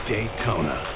Daytona